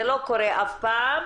זה לא קורה אף פעם,